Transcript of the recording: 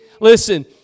Listen